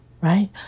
right